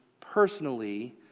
personally